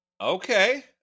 Okay